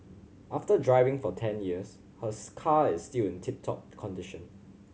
after driving for ten years her car is still in tip top condition